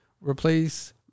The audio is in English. replace